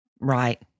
Right